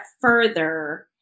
further